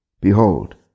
behold